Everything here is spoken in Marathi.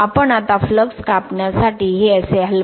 आपण आता फ्लक्स कापण्यासाठी हे असे हलवा